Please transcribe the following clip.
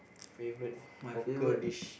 favourite hawker dish